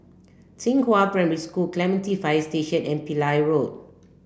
Xinghua Primary School Clementi Fire Station and Pillai Road